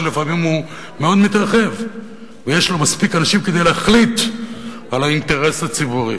שלפעמים מאוד מתרחב ויש לו מספיק אנשים כדי להחליט על האינטרס הציבורי.